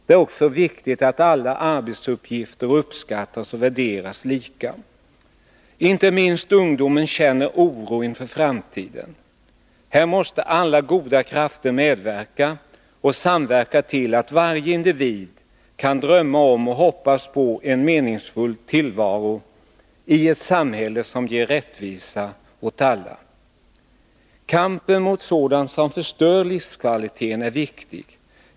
Det är också viktigt att alla arbetsuppgifter uppskattas och värderas lika. Inte minst ungdomen känner oro inför framtiden. Här måste alla goda krafter medverka och samverka till att varje individ kan drömma om och hoppas på en meningsfull tillvaro i ett samhälle som ger rättvisa åt alla. Kampen mot sådant som förstör livskvaliteten är viktig.